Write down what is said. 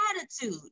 attitude